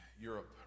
Europe